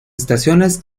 estaciones